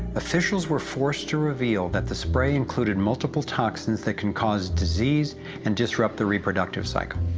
officials were forced to reveal that the spray included multiple toxins that can cause disease and disrupt the reproductive cycle.